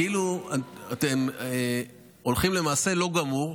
אתם הולכים למעשה לא גמור,